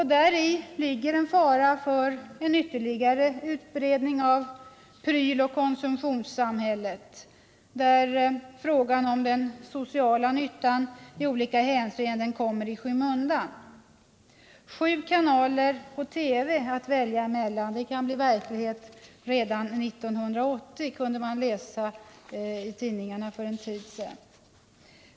Däri ligger en fara för en ytterligare utbredning av pryloch konsumtionssamhället, där frågan om den sociala nyttan i olika hänseenden kommer i skymundan. Sju kanaler att välja mellan på TV kan 81 bli verklighet redan 1980, kunde man läsa i tidningarna för en tid sedan.